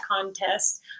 contest